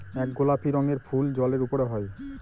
এক গোলাপি রঙের ফুল জলের উপরে হয়